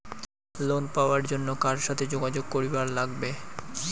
Loan পাবার জন্যে কার সাথে যোগাযোগ করিবার লাগবে?